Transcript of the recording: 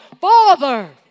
Father